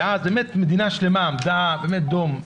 ואז מדינה שלמה עמדה דום,